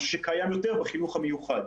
מה שקיים יותר בחינוך המיוחד.